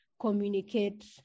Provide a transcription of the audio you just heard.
communicate